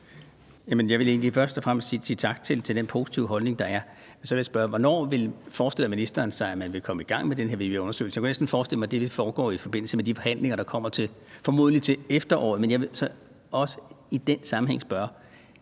egentlig først og fremmest sige tak for den positive holdning, der er. Og så vil jeg spørge: Hvornår forestiller ministeren sig man vil komme i gang med den her VVM-undersøgelse? Jeg kunne næsten forestille mig, at det vil foregå i forbindelse med de forhandlinger, der formodentlig kommer til efteråret. Men jeg vil så også i den sammenhæng spørge: